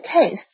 case